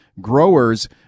growers